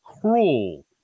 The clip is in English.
cruel